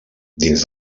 dins